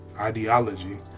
ideology